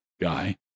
guy